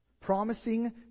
promising